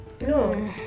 no